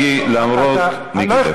אל, מיקי, מיקי, למרות, מיקי, תאפשר לו.